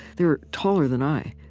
they were taller than i.